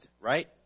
right